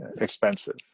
expensive